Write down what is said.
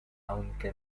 aunque